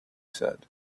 said